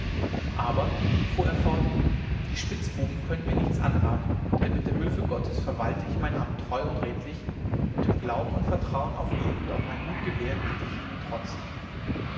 aber fuhr er fort die spitzbuben können mir nichts anhaben denn mit der hülfe gottes verwalte ich mein amt treu und redlich und im glauben und vertrauen auf ihn und auf mein gut gewehr biete ich ihnen trotz